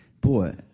boy